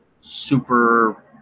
super